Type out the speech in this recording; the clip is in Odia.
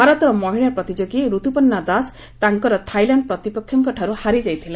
ଭାରତର ମହିଳା ପ୍ରତିଯୋଗୀ ରତ୍ପପର୍ଣ୍ଣା ଦାସ ତାଙ୍କର ଥାଇଲାଣ୍ଡ ପ୍ରତିପକ୍ଷଙ୍କଠାରୁ ହାରିଯାଇଥିଲେ